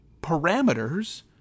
parameters